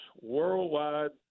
worldwide